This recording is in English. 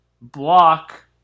block